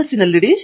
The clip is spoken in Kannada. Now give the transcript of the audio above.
ಫಣಿಕುಮಾರ್ ಹೌದು